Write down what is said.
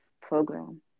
program